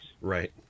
Right